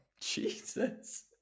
Jesus